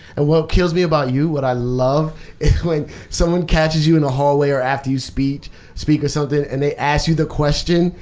and what kills me about you, what i love when someone catches you in a hallway or after you speak or or something, and they ask you the question,